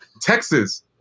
Texas